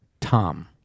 Tom